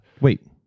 wait